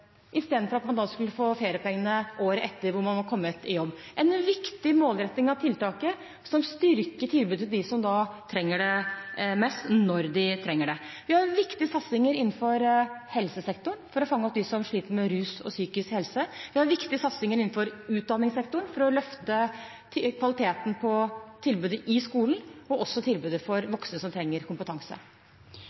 da man fikk feriepengene året etter – da man var kommet i jobb. Det er en viktig målretting av tiltaket som styrker tilbudet til dem som trenger det mest, når de trenger det. Vi har viktige satsinger innenfor helsesektoren for å fange opp dem som sliter med rus og psykisk helse. Vi har viktige satsinger innenfor utdanningssektoren for å løfte kvaliteten på tilbudet i skolen og også tilbudet for voksne som trenger kompetanse.